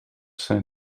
zijn